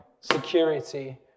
security